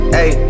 Hey